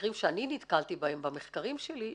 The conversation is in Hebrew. מקרים שאני נתקלתי בהם במחקרים שלי,